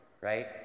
right